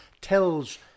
tells